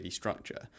structure